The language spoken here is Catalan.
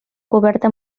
coberta